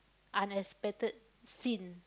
unexpected scene